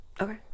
Okay